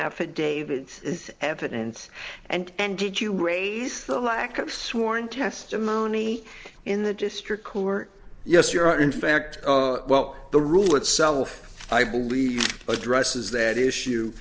affidavits with evidence and did you raise the lack of sworn testimony in the district court yes you are in fact well the rule itself i believe addresses that issue